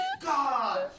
God